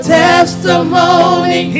testimony